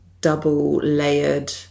double-layered